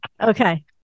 Okay